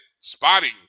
spotting